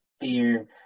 fear